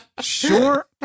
Sure